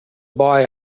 boy